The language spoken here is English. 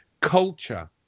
culture